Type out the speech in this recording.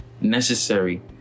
necessary